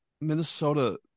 Minnesota –